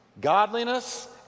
godliness